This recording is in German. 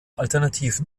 alternativen